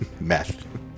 math